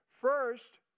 First